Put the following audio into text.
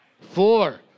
four